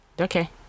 okay